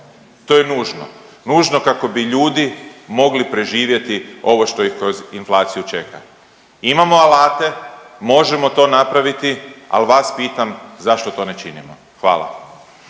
to je nužno, nužno kako bi ljudi mogli preživjeti ovo što ih kroz inflaciju čeka. Imamo alate, možemo to napraviti, al vas pitam zašto to ne činimo, hvala.